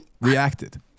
reacted